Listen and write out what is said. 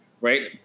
right